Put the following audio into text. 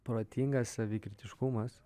protingas savikritiškumas